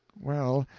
well,